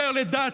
אנשי צבא,